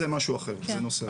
זה משהו אחר, זה נושא אחר.